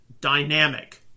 dynamic